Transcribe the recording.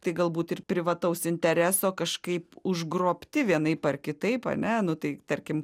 tai galbūt ir privataus intereso kažkaip užgrobti vienaip ar kitaip ane nu tai tarkim